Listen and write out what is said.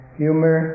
humor